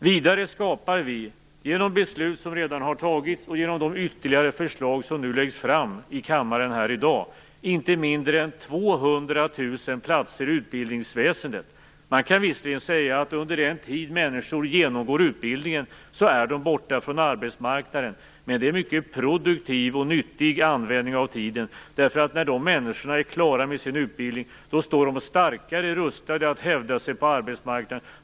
Vidare skapar vi genom beslut som redan har fattats och genom de ytterligare förslag som nu läggs fram här i kammaren i dag inte mindre än 200 000 platser i utbildningsväsendet. Man kan visserligen säga att under den tid som människor genomgår utbildningen så är de borta från arbetsmarknaden. Men det är en mycket produktiv och nyttig användning av tiden, därför att när dessa människor är klara med sin utbildning står de starkare rustade att hävda sig på arbetsmarknaden.